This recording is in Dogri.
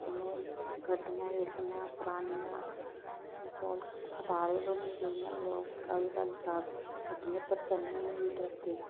कन्नै गड्डियां जेह्कियां परानियां खटारे बनी गेदियां लोक अज्जकल ज्यादा गड्डियें उप्पर चढ़ने बी डरदे